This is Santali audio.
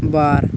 ᱵᱟᱨ